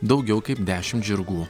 daugiau kaip dešimt žirgų